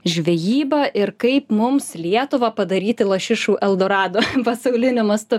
žvejybą ir kaip mums lietuvą padaryti lašišų eldoradu pasauliniu mastu